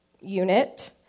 unit